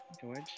George